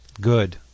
good